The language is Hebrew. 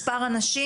מספר אנשים,